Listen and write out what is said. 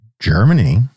Germany